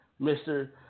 Mr